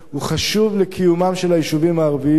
הוא חשוב לקיומם של היישובים הערביים,